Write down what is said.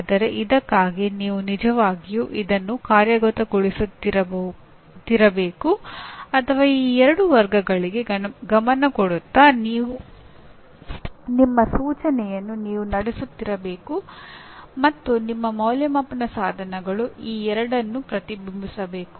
ಆದರೆ ಇದಕ್ಕಾಗಿ ನೀವು ನಿಜವಾಗಿಯೂ ಇದನ್ನು ಕಾರ್ಯಗತಗೊಳಿಸುತ್ತಿರಬೇಕು ಅಥವಾ ಈ ಎರಡು ವರ್ಗಗಳಿಗೆ ಗಮನ ಕೊಡುತ್ತಾ ನಿಮ್ಮ ಸೂಚನೆಯನ್ನು ನೀವು ನಡೆಸುತ್ತಿರಬೇಕು ಮತ್ತು ನಿಮ್ಮ ಅಂದಾಜುವಿಕೆಯ ಸಾಧನಗಳು ಈ ಎರಡನ್ನು ಪ್ರತಿಬಿಂಬಿಸಬೇಕು